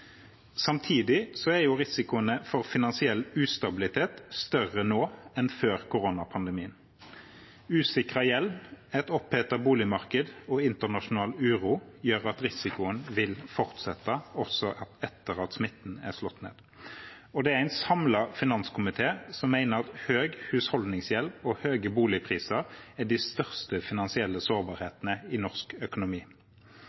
Samtidig er risikoen for finansiell ustabilitet større nå enn før koronapandemien. Usikret gjeld, et opphetet boligmarked og internasjonal uro gjør at risikoen vil fortsette også etter at smitten er slått ned. Det er en samlet finanskomité som mener høy husholdningsgjeld og høye boligpriser er de største finansielle